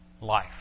life